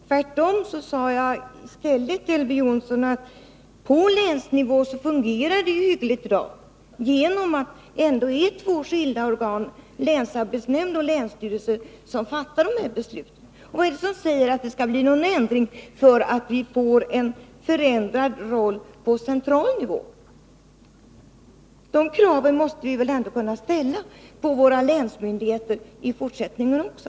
Tvärtom sade jag, Elver Jonsson, att det hela fungerar hyggligt på länsnivån genom att det är två skilda organ, länsarbetsnämnden och länsstyrelsen, som fattar besluten. Vad är det som säger att det skall bli ändringar därför att vi får en förändrad roll på central nivå? Vi måste väl kunna ställa vissa krav på länsmyndigheterna i fortsättningen också.